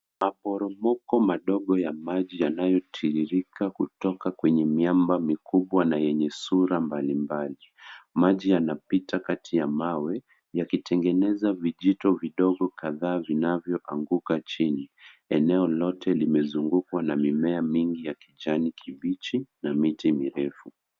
Maporomoko madogo ya maji yanayotiririka kutoka kwenye miamba mikubwa na yenye sura mbalimbali. Maji yanapita kati ya mawe yakitengeneza vijito vidogo kadhaa vinavyoanguka chini. Eneo lote limezungukwa na mimea mingi ya kijani kibichi na miti mirefu.